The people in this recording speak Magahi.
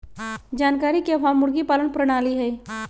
जानकारी के अभाव मुर्गी पालन प्रणाली हई